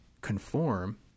conform